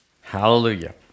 Hallelujah